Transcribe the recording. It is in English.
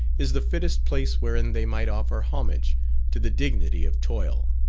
is the fittest place wherein they might offer homage to the dignity of toil.